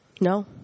No